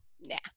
nah